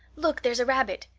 look, there's a rabbit.